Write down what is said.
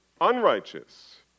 unrighteous